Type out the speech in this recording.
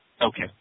Okay